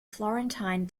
florentine